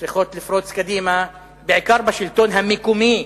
צריכות לפרוץ קדימה, בעיקר בשלטון המקומי,